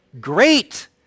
Great